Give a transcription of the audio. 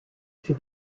fut